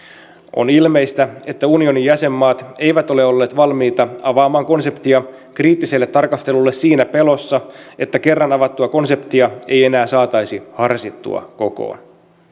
on ilmeistä että unionin jäsenmaat eivät ole olleet valmiita avaamaan konseptia kriittiselle tarkastelulle siinä pelossa että kerran avattua konseptia ei enää saataisi harsittua kokoon